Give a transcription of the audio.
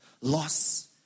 loss